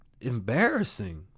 embarrassing